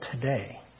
today